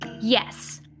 Yes